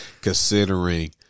considering